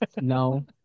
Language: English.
No